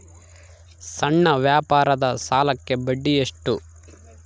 ಸಣ್ಣ ವ್ಯಾಪಾರದ ಸಾಲಕ್ಕೆ ಬಡ್ಡಿ ಎಷ್ಟು?